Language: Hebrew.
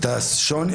גלעד,